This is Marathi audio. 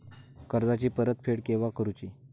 कर्जाची परत फेड केव्हा करुची?